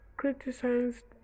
Criticized